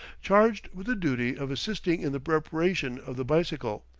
charged with the duty of assisting in the reparation of the bicycle,